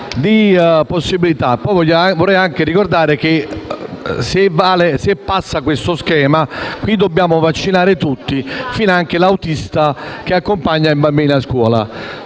di possibilità. Vorrei anche ricordare che, se passa questo schema, si dovranno vaccinare tutti, finanche l'autista che accompagna il bambino a scuola.